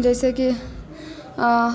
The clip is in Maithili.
जैसेकि